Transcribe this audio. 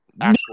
actual